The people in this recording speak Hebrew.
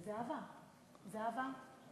זהבה, זהבה.